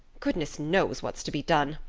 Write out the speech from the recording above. goodness knows what's to be done.